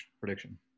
prediction